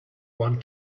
one